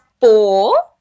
four